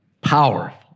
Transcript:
Powerful